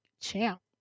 Champ